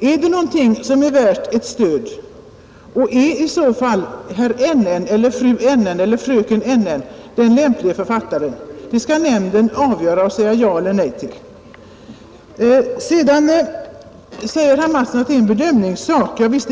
Är detta i så fall något som är värt stöd och är då herr N.N., fru N.N. eller fröken N.N. den lämpliga författaren? Det skall nämnden avgöra och säga ja eller nej till. Herr Mattsson säger att det är en bedömningssak. Javisst!